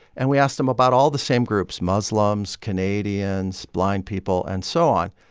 and we asked them about all the same groups muslims, canadians, blind people and so on.